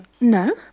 No